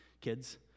Kids